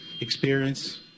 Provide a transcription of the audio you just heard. experience